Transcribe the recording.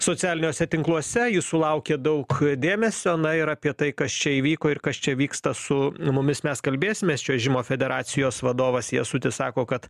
socialiniuose tinkluose jis sulaukė daug dėmesio na ir apie tai kas čia įvyko ir kas čia vyksta su mumis mes kalbėsimės čiuožimo federacijos vadovas jasutis sako kad